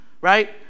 right